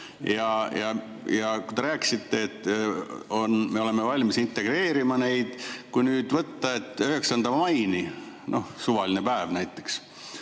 Te rääkisite, et me oleme valmis neid integreerima. Kui nüüd võtta, et 9. maini, noh, suvaline päev näiteks,